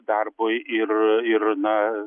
darbui ir ir na